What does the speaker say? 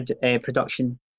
production